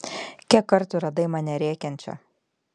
kiek kartų radai mane rėkiančią